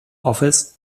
office